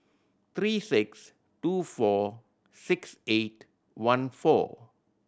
three six two four six eight one four